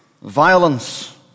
Violence